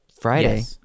Friday